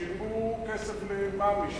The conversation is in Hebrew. שילמו כסף למינהל מקרקעי ישראל,